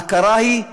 ההכרה היא,